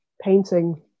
painting